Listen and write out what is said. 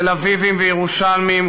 תל-אביבים וירושלמים,